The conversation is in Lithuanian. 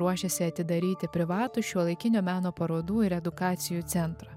ruošiasi atidaryti privatų šiuolaikinio meno parodų ir edukacijų centrą